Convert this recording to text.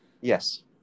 Yes